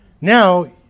now